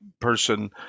person